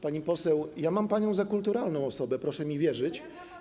Pani poseł, ja mam panią za kulturalną osobę, proszę mi wierzyć.